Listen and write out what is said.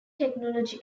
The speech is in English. technology